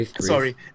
Sorry